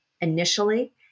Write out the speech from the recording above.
initially